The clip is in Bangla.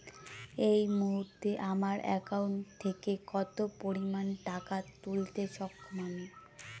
এই মুহূর্তে আমার একাউন্ট থেকে কত পরিমান টাকা তুলতে সক্ষম আমি?